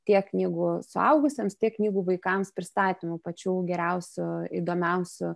tiek knygų suaugusiems tiek knygų vaikams pristatymų pačių geriausių įdomiausių